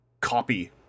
copy